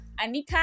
Anika